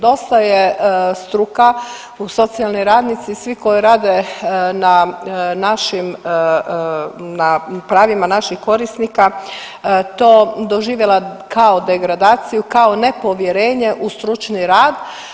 Dosta struka, socijalni radnici i svi koji rade na našim na pravima naših korisnika to doživjela kao degradaciju, kao nepovjerenje u stručni rad.